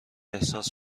احساس